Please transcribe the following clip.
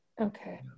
Okay